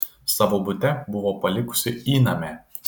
savo bute buvo palikusi įnamę